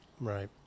Right